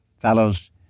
fellows